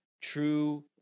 true